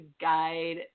guide